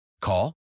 Call